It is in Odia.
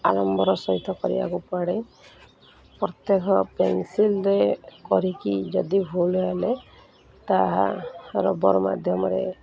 ଆରମ୍ଭର ସହିତ କରିକୁ ପଡ଼େ ପ୍ରତ୍ୟେକ ପେନ୍ସିଲ୍ରେ କରିକି ଯଦି ଭୁଲ୍ ହେଲେ ତାହା ରବର୍ ମାଧ୍ୟମରେ